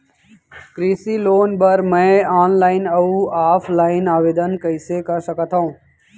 कृषि लोन बर मैं ऑनलाइन अऊ ऑफलाइन आवेदन कइसे कर सकथव?